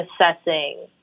assessing